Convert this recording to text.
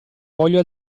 voglio